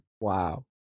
Wow